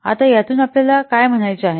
आता यातून आपल्याला काय म्हणायचे आहे